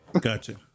Gotcha